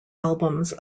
albums